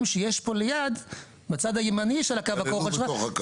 שיש פה ליד בצד הימני של הקו הכחול,